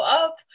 up